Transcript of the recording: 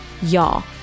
y'all